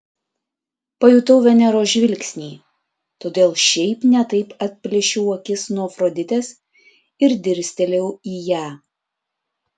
pajutau veneros žvilgsnį todėl šiaip ne taip atplėšiau akis nuo afroditės ir dirstelėjau į ją